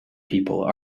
people